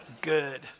good